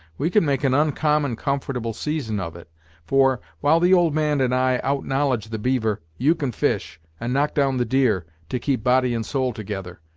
we can make an oncommon comfortable season of it for, while the old man and i out-knowledge the beaver, you can fish, and knock down the deer, to keep body and soul together.